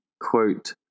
quote